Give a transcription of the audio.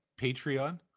Patreon